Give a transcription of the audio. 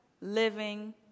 living